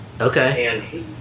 Okay